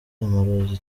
amarozi